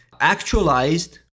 actualized